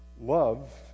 Love